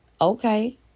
Okay